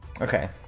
Okay